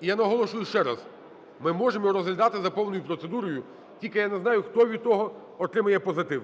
І я наголошую ще раз, ми можемо розглядати за повною процедурою, тільки я не знаю, хто від того отримає позитив.